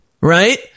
right